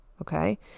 Okay